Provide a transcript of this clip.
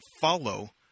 follow